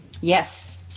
Yes